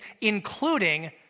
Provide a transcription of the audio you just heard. including